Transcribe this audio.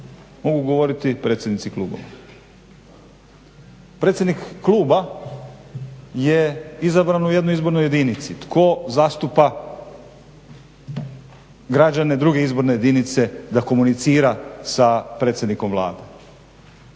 Mogu govoriti predsjednici klubova. Predsjednik kluba je izabran u jednoj izbornoj jedinici. Tko zastupa građane druge izborne jedinice da komunicira sa predsjednikom Vlade?